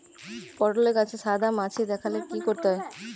পটলে গাছে সাদা মাছি দেখালে কি করতে হবে?